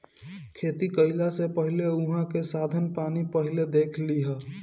खेती कईला से पहिले उहाँ के साधन पानी पहिले देख लिहअ